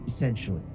essentially